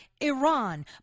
Iran